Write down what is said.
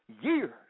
years